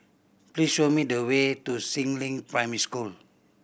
please show me the way to Si Ling Primary School